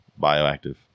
bioactive